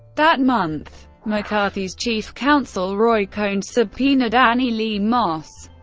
that month, mccarthy's chief counsel roy cohn subpoenaed annie lee moss,